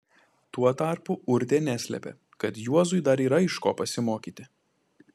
tuo tarpu urtė neslėpė kad juozui dar yra iš ko pasimokyti